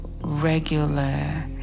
regular